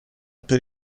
per